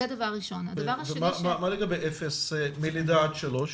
ומה לגבי מלידה עד שלוש?